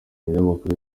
munyamakuru